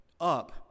up